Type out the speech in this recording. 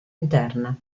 interna